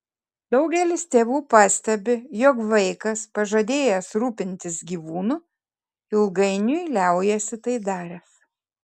daugelis tėvų pastebi jog vaikas pažadėjęs rūpintis gyvūnu ilgainiui liaujasi tai daręs